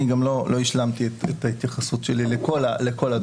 אני גם לא השלמתי את ההתייחסות שלי לכל הדוגמאות,